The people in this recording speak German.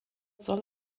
soll